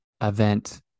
event